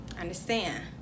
understand